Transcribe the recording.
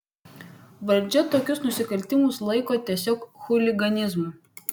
valdžia tokius nusikaltimus laiko tiesiog chuliganizmu